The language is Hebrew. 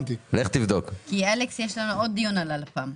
יש לנו עוד דיון על הלפ"ם.